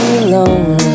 alone